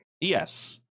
Yes